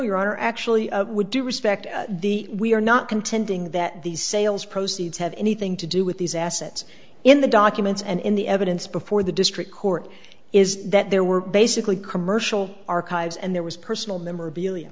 honor actually would do respect the we are not contending that these sales proceeds have anything to do with these assets in the documents and in the evidence before the district court is that there were basically commercial archives and there was personal memorabilia